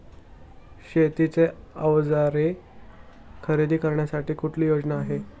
शेतीची अवजारे खरेदी करण्यासाठी कुठली योजना आहे?